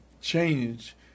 change